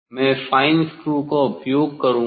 मैं fine screw का उपयोग करूँगा